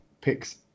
picks